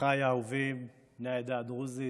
אחיי האהובים בני העדה הדרוזית,